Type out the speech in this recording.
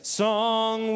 song